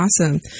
Awesome